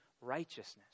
righteousness